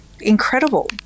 incredible